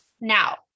Now